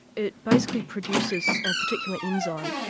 it basically produces a particular enzyme,